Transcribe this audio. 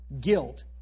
Guilt